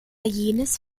jenes